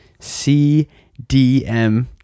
CDM